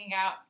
out